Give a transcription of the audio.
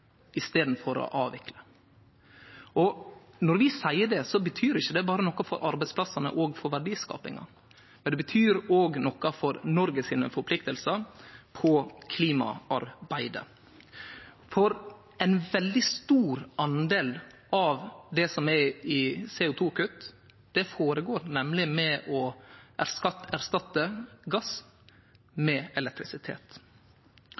i staden for å avvikle. Når vi seier det, betyr ikkje det berre noko for arbeidsplassane og verdiskapinga – det betyr òg noko for Noreg sine forpliktingar i klimaarbeidet. Ein veldig stor andel av det som er CO 2 -kutt, skjer nemleg med å erstatte gass med elektrisitet. Det som då er